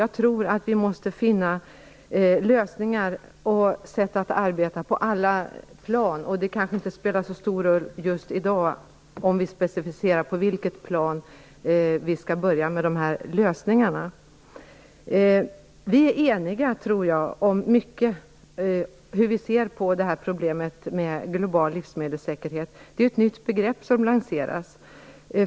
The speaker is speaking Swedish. Jag tror att vi måste finna lösningar och sätt att arbeta på alla plan, och det kanske inte spelar så stor roll om vi inte just i dag specificerar på vilket plan vi skall börja med de här lösningarna. Vi är eniga i mycket, tror jag, t.ex. hur vi ser på problemet med global livsmedelssäkerhet. Det är ett nytt begrepp som lanseras.